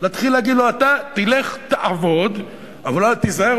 להתחיל להגיד לו: אתה תלך לעבוד אבל תיזהר,